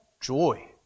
joy